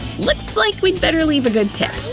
looks like we'd better leave good tip!